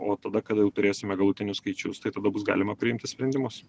o tada kada jau turėsime galutinius skaičius tai tada bus galima priimti sprendimus